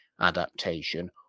adaptation